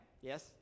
Yes